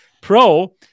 Pro